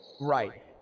Right